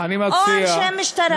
או אנשי משטרה.